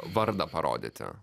vardą parodyti